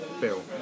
bill